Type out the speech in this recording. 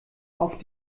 auf